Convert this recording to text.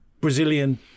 Brazilian